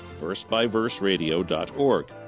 versebyverseradio.org